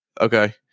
Okay